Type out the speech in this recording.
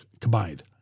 combined